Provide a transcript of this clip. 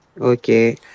Okay